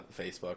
Facebook